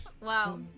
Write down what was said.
Wow